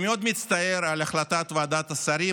אני מאוד מצטער על החלטת ועדת השרים,